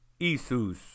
Isus